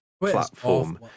platform